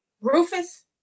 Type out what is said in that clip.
rufus